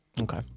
Okay